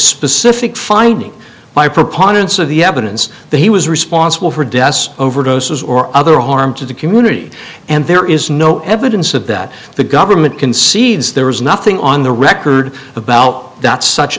specific finding by preponderance of the evidence that he was responsible for deaths overdoses or other harm to the community and there is no evidence of that the government concedes there was nothing on the record about that such